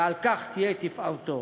ועל כך תהיה תפארתו.